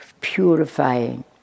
purifying